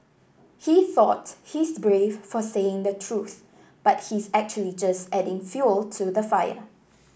he thought he's brave for saying the truth but he's actually just adding fuel to the fire